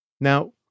Now